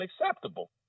unacceptable